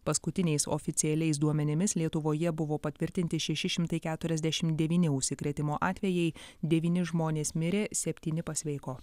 paskutiniais oficialiais duomenimis lietuvoje buvo patvirtinti šeši šimtai keturiasdešimt devyni užsikrėtimo atvejai devyni žmonės mirė septyni pasveiko